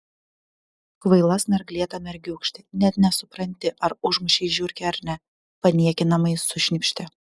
kvaila snarglėta mergiūkšte net nesupranti ar užmušei žiurkę ar ne paniekinamai sušnypštė